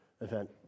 event